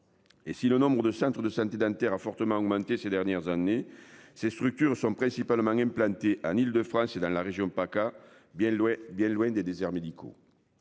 Et si le nombres de centres de santé dentaires a fortement augmenté ces dernières années. Ces structures sont principalement implantées en Île-de-France et dans la région PACA bien loin, bien loin des déserts médicaux.